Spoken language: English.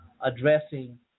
addressing